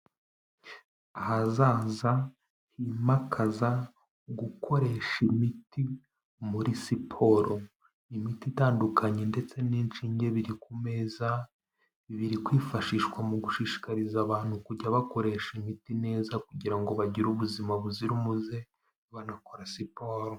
Ahazaza himakaza gukoresha imiti muri siporo. Imiti itandukanye ndetse n'inshinge biri ku meza biri kwifashishwa mu gushishikariza abantu kujya bakoresha imiti neza kugira ngo bagire ubuzima buzira umuze, banakora siporo.